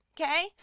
okay